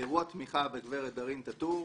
אירוע תמיכה בגברת דארין טאטור,